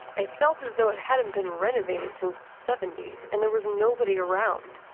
it felt as though it hadn't been renovated since the seventy s and there was nobody around.